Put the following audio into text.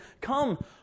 come